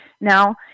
now